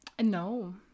No